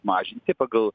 mažinti pagal